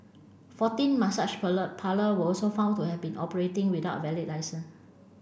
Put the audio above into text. fourteen massage parlour were also found to have been operating without a valid licence